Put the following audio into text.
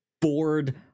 bored